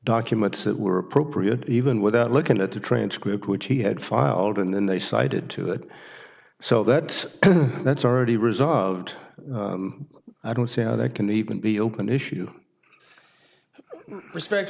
documents that were appropriate even without looking at the transcript which he had filed and then they cited to it so that that's already resolved i don't see how that can even be open issue respect